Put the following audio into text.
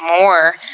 more